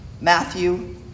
Matthew